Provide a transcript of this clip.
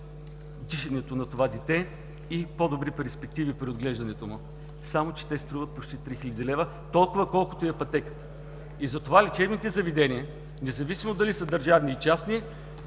дишането на това дете и по-добри перспективи при отглеждането му, само че те струват почти 3 хил. лв. – толкова, колкото е и пътеката. Затова лечебните заведения, независимо дали са държавни, или частни,